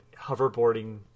hoverboarding